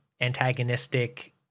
antagonistic